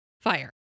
Fire